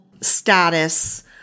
status